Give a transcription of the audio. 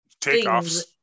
Takeoffs